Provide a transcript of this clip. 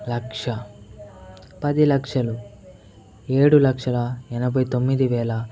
లక్ష పది లక్షలు ఏడు లక్షల ఎనభై తొమ్మిది వేల